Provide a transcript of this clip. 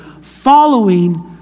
following